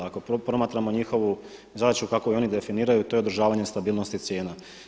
Ako promatramo njihovu zadaću kako je oni definiraju to je održavanje stabilnosti cijena.